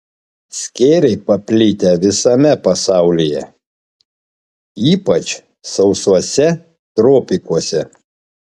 skėriai paplitę visame pasaulyje ypač sausuose tropikuose